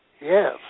Yes